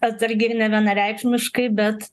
atsargiai ir nevienareikšmiškai bet